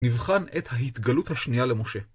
נבחן את ההתגלות השנייה למשה.